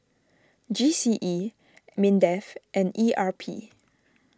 G C E Mindef and E R P